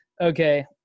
okay